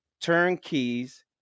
turnkeys